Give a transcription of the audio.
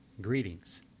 greetings